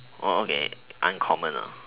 okay uncommon ah